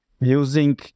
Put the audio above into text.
using